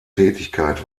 tätigkeit